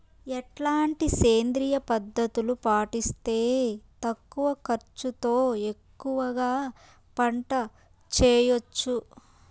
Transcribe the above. ఎట్లాంటి సేంద్రియ పద్ధతులు పాటిస్తే తక్కువ ఖర్చు తో ఎక్కువగా పంట చేయొచ్చు?